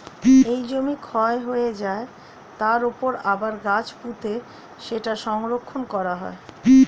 যেই জমি ক্ষয় হয়ে যায়, তার উপর আবার গাছ পুঁতে সেটা সংরক্ষণ করা হয়